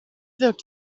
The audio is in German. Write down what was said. wirkt